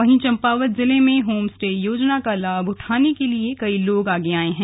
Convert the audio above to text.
वहीं चम्पावत जिले में होम स्टे योजना का लाभ उठाने के लिए कई लोग आगे आए हैं